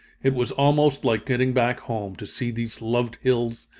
it was almost like getting back home, to see these loved hills,